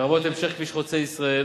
לרבות המשך כביש חוצה-ישראל,